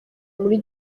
muri